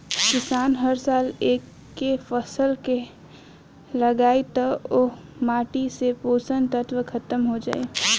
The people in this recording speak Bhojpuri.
किसान हर साल एके फसल के लगायी त ओह माटी से पोषक तत्व ख़तम हो जाई